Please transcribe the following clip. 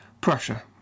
Prussia